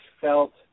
felt